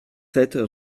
sept